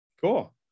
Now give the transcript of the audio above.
cool